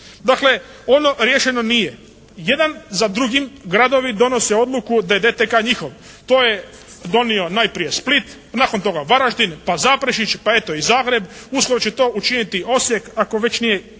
Dakle, ono riješeno nije. Jedan za drugim gradovi donose odluku da je DTK njihov. To je donio najprije Split, nakon toga Varaždin, pa Zaprešić, pa eto i Zagreb, uskoro će to učiniti Osijek ako već nije i